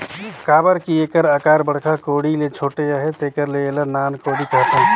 काबर कि एकर अकार बड़खा कोड़ी ले छोटे अहे तेकर ले एला नान कोड़ी कहथे